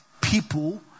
people